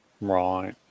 Right